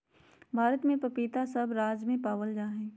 भारत में पपीता सब राज्य में पावल जा हई